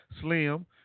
slim